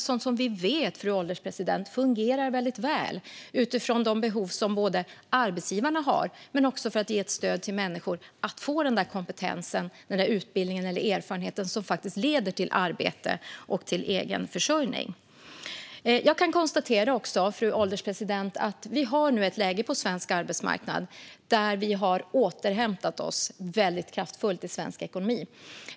Det här är sådant som vi vet fungerar väldigt väl, fru ålderspresident, både utifrån de behov som arbetsgivarna har och för att ge stöd till människor att få den kompetens, utbildning eller erfarenhet som faktiskt leder till arbete och till egen försörjning. Jag kan också konstatera, fru ålderspresident, att vi nu har ett läge på svensk arbetsmarknad där vi har återhämtat oss väldigt kraftfullt i svensk ekonomi.